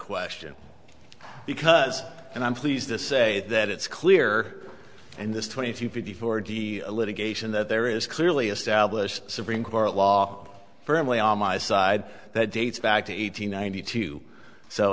question because and i'm pleased to say that it's clear in this twenty four d litigation that there is clearly established supreme court law firmly on my side that dates back to eight hundred ninety two so